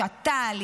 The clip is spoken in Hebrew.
שתל,